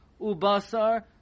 Ubasar